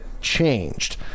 changed